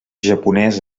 japonès